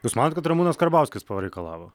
jūs manot kad ramūnas karbauskis pareikalavo